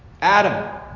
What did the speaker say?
Adam